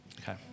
Okay